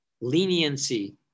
leniency